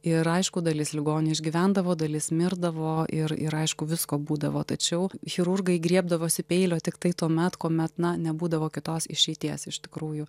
ir aišku dalis ligonių išgyvendavo dalis mirdavo ir ir aišku visko būdavo tačiau chirurgai griebdavosi peilio tiktai tuomet kuomet na nebūdavo kitos išeities iš tikrųjų